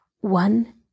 one